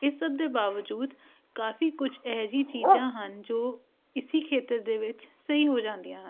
ਇਸ ਸਭ ਦੇ ਬਾਵਜੂਦ ਕਾਫੀ ਕੁਛ ਇਹੋ ਜਿਹੀ ਚੀਜ਼ਾਂ ਹਨ ਜੋ ਇਸ ਖੇਤਰ ਦੇ ਵਿੱਚ ਸਹੀ ਹੋ ਜਾਂਦੀਆਂ ਹਨ